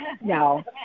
No